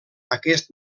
aquest